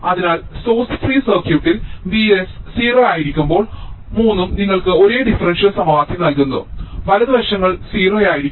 അതിനാൽ source free സർക്യൂട്ടിൽ Vs 0 ആയിരിക്കുമ്പോൾ മൂന്നും നിങ്ങൾക്ക് ഒരേ ഡിഫറൻഷ്യൽ സമവാക്യം നൽകുന്നു വലത് വശങ്ങൾ 0 ആയിരിക്കും